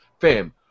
fam